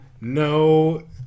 No